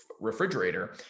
Refrigerator